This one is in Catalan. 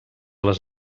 les